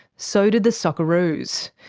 so did the socceroos'.